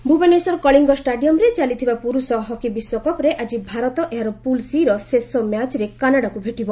hockey Bhubaneswar Kalinga ଷ୍ଟାଡିୟମ୍ରେ ଚାଲିଥିବା ପୁରୁଷ ହକି ବିଶ୍ୱକପ୍ରେ ଆଜି ଭାରତ ଏହାର ପୁଲ୍ ସି ର ଶେଷ ମ୍ୟାଚ୍ରେ କାନାଡାକୁ ଭେଟିବ